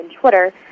Twitter